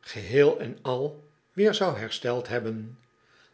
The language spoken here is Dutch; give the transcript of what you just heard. geheel en al weer zou hersteld hebben